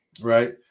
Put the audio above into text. right